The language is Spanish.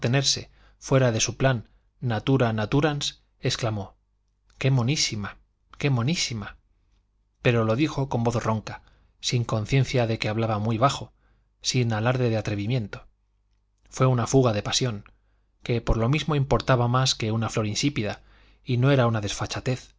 fuera de su plan natura naturans exclamó qué monísima qué monísima pero lo dijo con voz ronca sin conciencia de que hablaba muy bajo sin alarde de atrevimiento fue una fuga de pasión que por lo mismo importaba más que una flor insípida y no era una desfachatez